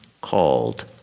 called